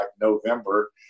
November